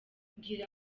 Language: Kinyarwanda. mbwira